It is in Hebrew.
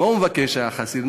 מה הוא מבקש, החסיד?